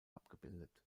abgebildet